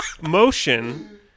motion